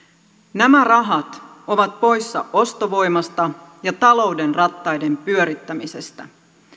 nämä rahat ovat poissa ostovoimasta ja talouden rattaiden pyörittämisestä